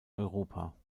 europa